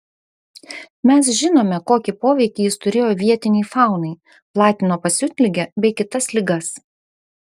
mes žinome kokį poveikį jis turėjo vietinei faunai platino pasiutligę bei kitas ligas